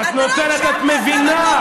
את מבינה,